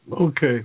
Okay